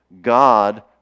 god